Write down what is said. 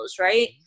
right